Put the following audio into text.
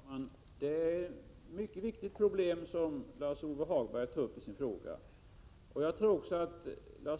Fru talman! Det är ett mycket viktigt problem som Lars-Ove Hagberg tar upp i sin fråga. Jag tror också att vi